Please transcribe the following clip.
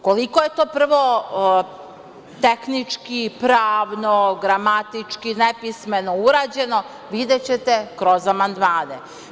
Koliko je to, prvo, tehnički, pravno, gramatički nepismeno urađeno, videćete kroz amandmane.